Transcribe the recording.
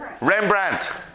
Rembrandt